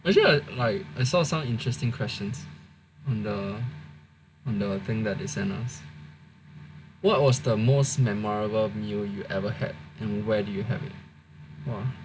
actually I like I saw some interesting questions on the on the thing that they sent us what was the most memorable meal you ever had and where do you have it